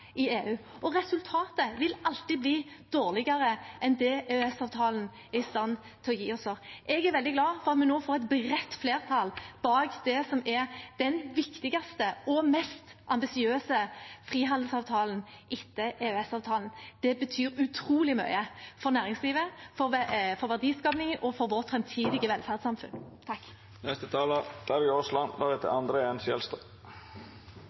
i EU. Resultatet vil alltid bli dårligere enn det EØS-avtalen er i stand til å gi oss. Jeg er veldig glad for at vi nå får et bredt flertall bak det som er den viktigste og mest ambisiøse frihandelsavtalen etter EØS-avtalen. Det betyr utrolig mye for næringslivet, for verdiskapingen og vårt framtidige velferdssamfunn.